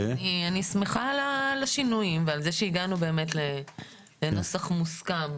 אני שמחה על השינויים ועל זה שהגענו באמת לנוסח מוסכם,